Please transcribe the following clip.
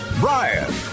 brian